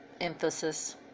emphasis